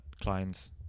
clients